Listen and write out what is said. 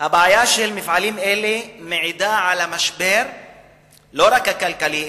שהבעיה של מפעלים אלה מעידה על המשבר לא רק הכלכלי,